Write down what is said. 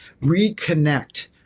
reconnect